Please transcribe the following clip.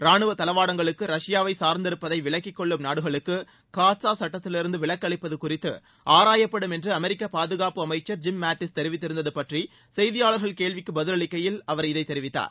ராணுவ தளவாடங்களுக்கு ரஷ்யாவை சார்ந்திருப்பதை விலக்கிக்கொள்ளும் நாடுகளுக்கு காட்சா சட்டத்திலிருந்து விலக்கு அளிப்பது குறித்து ஆராயப்படும் என்று அமெரிக்க பாதுகாப்பு அமைச்சர் ஜிம் மேட்டிஸ் தெரிவித்திருந்தது பற்றி செய்தியாளர்கள் கேள்விக்கு பதில் அளிக்கையில் அவர் இதைத் தெரிவித்தார்